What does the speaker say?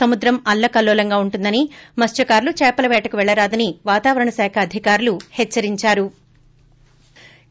సముద్రం అల్లకల్లోలంగా ఉంటుందని మత్సకారులు చేపల పేటకు పెళ్లరాదని వతరణ శాఖ అధికారులు హెచ్చరించారు